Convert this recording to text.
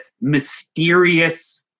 mysterious